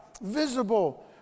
visible